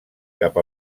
cap